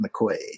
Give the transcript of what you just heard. McQuaid